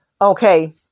Okay